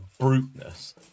bruteness